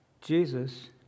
Jesus